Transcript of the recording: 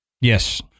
Yes